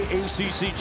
acc